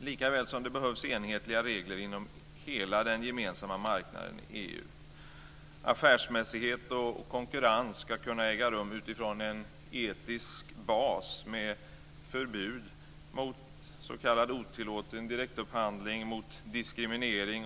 likaväl som det behövs enhetliga regler inom hela den gemensamma marknaden EU. Affärsmässighet och konkurrens ska kunna komma till stånd utifrån en etisk bas med förbud mot s.k. otillåten direktupphandling och mot diskriminering.